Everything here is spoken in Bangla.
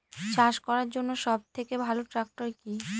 চাষ করার জন্য সবথেকে ভালো ট্র্যাক্টর কি?